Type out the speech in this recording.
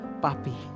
papi